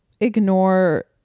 ignore